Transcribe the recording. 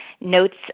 notes